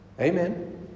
Amen